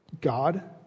God